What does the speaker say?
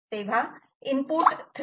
तेव्हा इनपुट 3